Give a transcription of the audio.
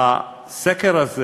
הסקר הזה